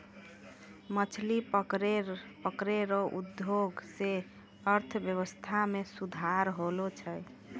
मछली पकड़ै रो उद्योग से अर्थव्यबस्था मे सुधार होलो छै